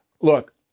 Look